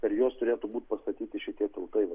per juos turėtų būti pastatyti šitie tiltai